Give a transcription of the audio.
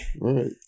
Right